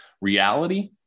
reality